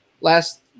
Last